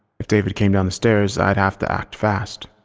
if david came down the stairs, i'd have to act fast.